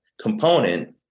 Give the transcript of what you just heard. component